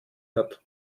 hat